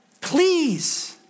Please